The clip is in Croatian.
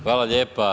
Hvala lijepa.